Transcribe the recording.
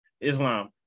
Islam